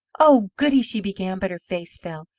oh, goody! she began, but her face fell.